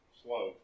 slow